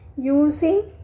using